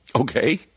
Okay